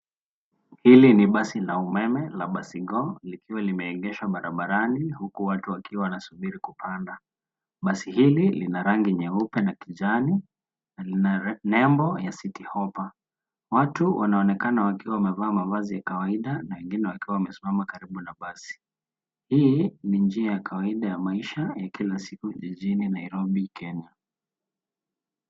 Hili ni basi la umeme la basigo likiwa limeegeshwa barabarani huku watu wakiwa wanasuburi kupanda. Basi hili lina rangi nyeupe na kijani na lina nembo ya Citi Hoppa. Watu wanaonekana wakiwa wamevaa mavazi ya kawaida na wengine wakiwa wamesimama karibu na basi. Hii ni njia ya kawaida ya maisha ya kila siku jijini Nairobi Kenya.